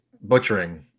butchering